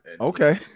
okay